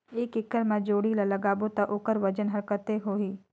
एक एकड़ मा जोणी ला लगाबो ता ओकर वजन हर कते होही?